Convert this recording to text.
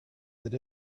that